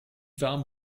warm